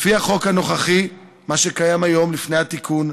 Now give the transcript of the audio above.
לפי החוק הנוכחי, מה שקיים היום, לפני התיקון,